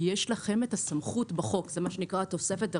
כי יש לכם את הסמכות בחוק זה מה שנקרא התוספת הרביעית,